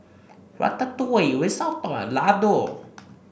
Ratatouille Risotto and Lado